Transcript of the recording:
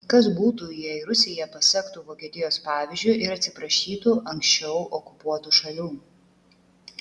kas būtų jei rusija pasektų vokietijos pavyzdžiu ir atsiprašytų anksčiau okupuotų šalių